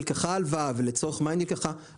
הוא ייקח הלוואה משלימה של 100 אלף